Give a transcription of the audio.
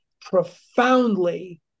profoundly